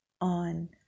on